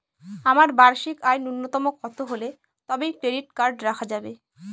আমার বার্ষিক আয় ন্যুনতম কত হলে তবেই ক্রেডিট কার্ড রাখা যাবে?